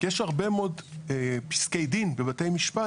יש הרבה מאוד פסקי דין בבתי משפט,